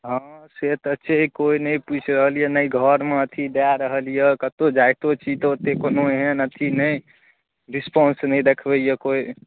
हँ से तऽ छै केओ नहि पुछि रहल यऽ नहि घरमे अथी दए रहल यऽ कतहुँ जाइतो छी तऽ ओतेक कोनो एहन अथी नहि रिस्पॉन्स नै देखबैए केओ